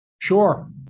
Sure